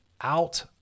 out